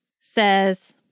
says